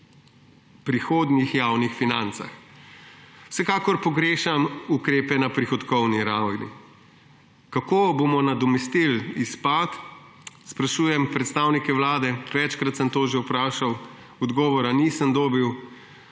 prihodnih javnih financah. Vsekakor pogrešam ukrepe na prihodkovni ravni. Kako bomo nadomestili izpad, sprašujem predstavnike Vlade. Večkrat sem to že vprašal, odgovora nisem dobil,